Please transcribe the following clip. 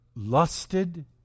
lusted